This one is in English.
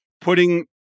putting